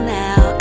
now